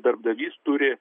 darbdavys turi